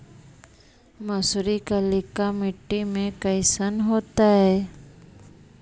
मसुरी कलिका मट्टी में कईसन होतै?